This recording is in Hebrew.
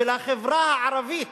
של החברה הערבית,